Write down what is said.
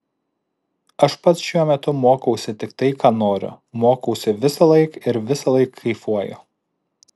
aš pats šiuo metu mokausi tik tai ką noriu mokausi visąlaik ir visąlaik kaifuoju